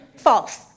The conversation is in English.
false